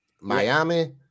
Miami